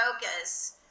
focus